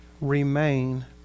remain